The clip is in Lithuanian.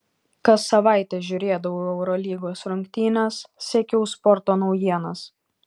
kas savaitę žiūrėdavau eurolygos rungtynes sekiau sporto naujienas